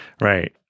Right